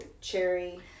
Cherry